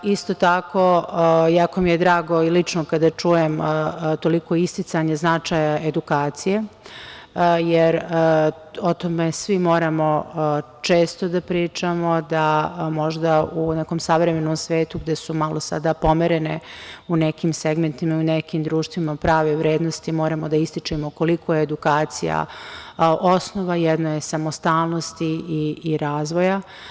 Isto tako, jako mi je drago i lično kada čujem toliko isticanje značaja edukacije, jer o tome svi moramo često da pričamo, da možda u nekom savremenom svetu gde su malo sada pomerene u nekim segmentima, u nekim društvima prave vrednosti, moramo da ističemo koliko je edukacija osnova jedne samostalnosti i razvoja.